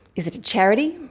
is it a charity,